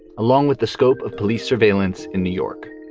along with the scope of police surveillance in new york.